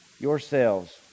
yourselves